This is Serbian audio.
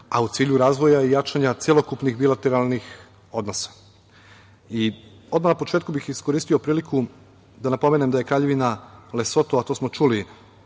a u cilju razvoja i jačanja celokupnih bilateralnih odnosa. Odmah na početku bih iskoristio priliku da napomenem da je Kraljevina Lesoto, a to smo čuli